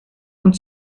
und